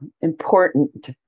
important